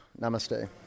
namaste